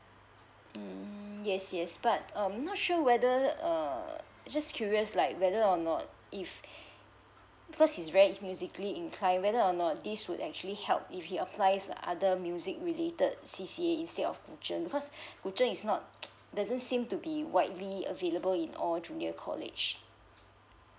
mm yes yes but um not sure whether err just curious like whether or not if because his right musically inclined whether or not this would actually help if he applies other music related C_C_A instead of because is not doesn't seem to be widely available in or junior college